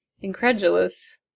incredulous